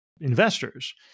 investors